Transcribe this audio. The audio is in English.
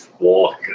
Walk